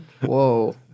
Whoa